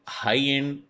high-end